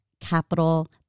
Capital